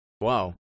Wow